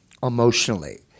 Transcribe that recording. emotionally